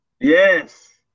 Yes